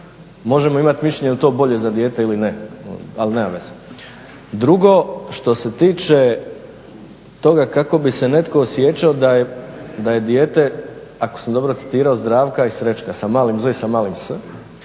Možemo imati mišljenje jel to bolje za dijete ili ne. Ali nema veze. Drugo što se tiče toga kako bi se netko osjećao da je dijete ako sam dobro citirao Zdravka i Srećka sa malim z i sa malim s